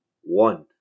one